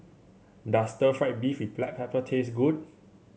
does Stir Fried Beef with Black Pepper taste good